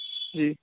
جی